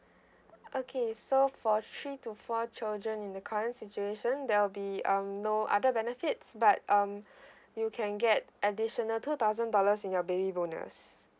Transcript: okay so for three to four children in the current situation there'll be um no other benefits but um you can get additional two thousand dollars in your baby bonus